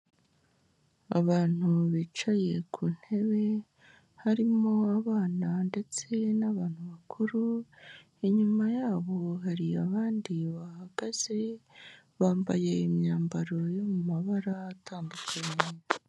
Abantu bicaye ku ntebe, harimo abana ndetse n'abantu bakuru, inyuma yabo hari abandi bahahagaze, bambaye imyambaro yo mu mabara atandukanye.